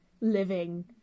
living